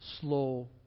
slow